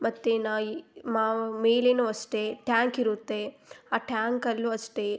ಮತ್ತು ನಾಯಿ ಮಾವ್ ಮೇಲೇ ಅಷ್ಟೆ ಟ್ಯಾಂಕ್ ಇರುತ್ತೆ ಆ ಟ್ಯಾಂಕಲ್ಲು ಅಷ್ಟೆ